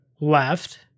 left